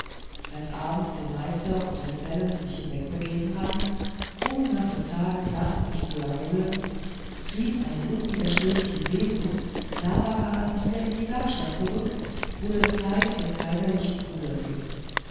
als abends der meister und die gesellen sich hinwegbegeben hatten um nach des tages last sich zu erholen trieb eine unwiderstehliche sehnsucht labakan wieder in die werkstatt zurück wo das kleid des kaiserlichen bruders hing